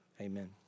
amen